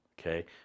Okay